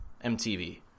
MTV